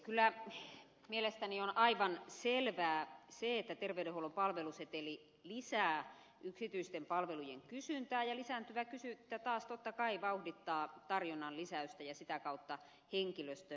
kyllä mielestäni on aivan selvää se että terveydenhuollon palveluseteli lisää yksityisten palvelujen kysyntää ja lisääntyvä kysyntä taas totta kai vauhdittaa tarjonnan lisäystä ja sitä kautta henkilöstön tarvetta